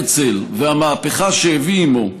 הרצל, והמהפכה שהביא עימו,